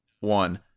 one